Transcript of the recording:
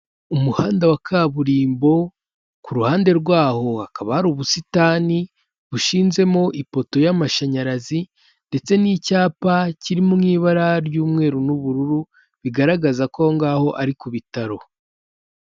Umuhanda wa kaburimbo ku ruhande rw'aho hakaba hari ubusitani bushinzemo ipoto y'amashanyarazi ndetse n'icyapa kiri mu ibara ry'umweru n'ubururu, bigaragaza ko aho ngaho ari ku bitaro.